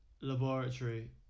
laboratory